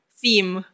theme